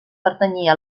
pertanyia